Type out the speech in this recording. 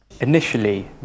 Initially